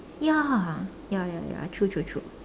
ya ya ya ya true true true